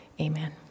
Amen